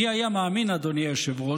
מי היה מאמין, אדוני היושב-ראש,